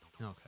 Okay